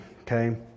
okay